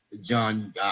John